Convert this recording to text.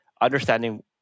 understanding